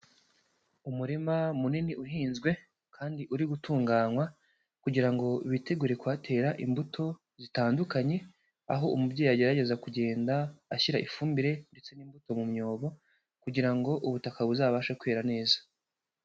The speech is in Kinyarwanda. Umurima munini uhinzwe kandi uri gutunganywa kugira ngo bitegure kuhatera imbuto zitandukanye, aho umubyeyi agerageza kugenda ashyira ifumbire ndetse n'imbuto mu myobo, kugira ngo ubutaka buzabashe kwera neza.